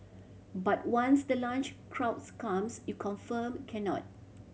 but once the lunch crowds comes you confirmed cannot